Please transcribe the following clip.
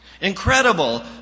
Incredible